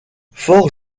fort